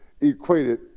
equated